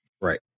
right